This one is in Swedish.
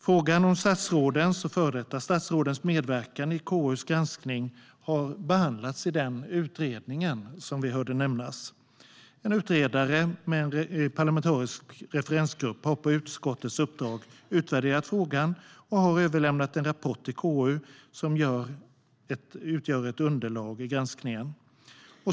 Frågan om statsråds och före detta statsråds medverkan i KU:s granskning har behandlats i den utredning vi hörde nämnas. En utredare med en parlamentarisk referensgrupp har på utskottets uppdrag utvärderat frågan och överlämnat en rapport till KU som utgör ett underlag i granskningen.